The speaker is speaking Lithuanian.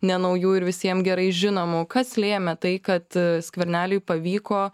nenaujų ir visiem gerai žinomų kas lėmė tai kad skverneliui pavyko